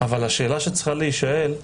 אבל השאלה שצריכה להישאל,